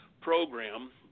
program